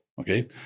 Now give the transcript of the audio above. okay